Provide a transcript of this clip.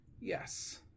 yes